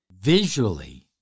visually